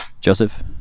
Joseph